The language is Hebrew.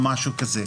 או משהו כזה.